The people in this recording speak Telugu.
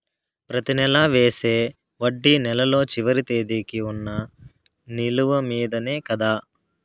ప్రతి నెల వేసే వడ్డీ నెలలో చివరి తేదీకి వున్న నిలువ మీదనే కదా?